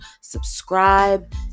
subscribe